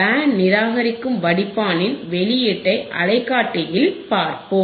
pant நிராகரிக்கும் வடிப்பானின் வெளியீட்டை அலைக்காட்டி இல் பார்ப்போம்